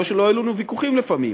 לא שלא היו לנו ויכוחים לפעמים,